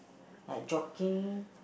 and jogging